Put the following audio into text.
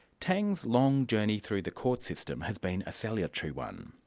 tang's long journey through the court system has been a salutary one.